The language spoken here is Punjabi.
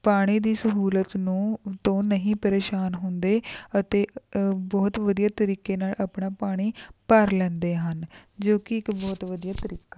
ਪਾਣੀ ਦੀ ਸਹੂਲਤ ਨੂੰ ਤੋਂ ਨਹੀਂ ਪ੍ਰੇਸ਼ਾਨ ਹੁੰਦੇ ਅਤੇ ਬਹੁਤ ਵਧੀਆ ਤਰੀਕੇ ਨਾਲ ਆਪਣਾ ਪਾਣੀ ਭਰ ਲੈਂਦੇ ਹਨ ਜੋ ਕਿ ਇੱਕ ਬਹੁਤ ਵਧੀਆ ਤਰੀਕਾ